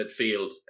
midfield